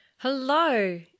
Hello